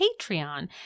Patreon